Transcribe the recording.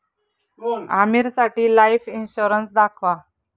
आमीरसाठी life insurance दाखवा